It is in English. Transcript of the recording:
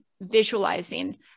visualizing